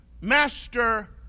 master